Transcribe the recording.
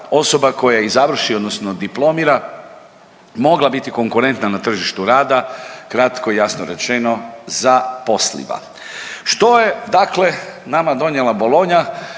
osoba koja i završi odnosno diplomira mogla biti konkurentna na tržištu rada kratko i jasno rečeno zaposliva. Što je dakle nama donijela Bolonja?